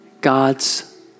God's